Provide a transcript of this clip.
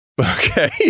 Okay